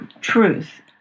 truth